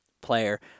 player